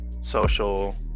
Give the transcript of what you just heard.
social